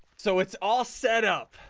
so it's all set up.